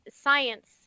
science